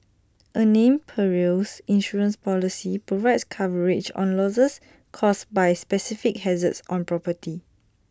A named Perils Insurance Policy provides coverage on losses caused by specific hazards on property